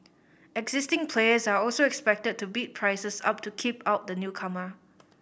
existing players are also expected to bid prices up to keep out the newcomer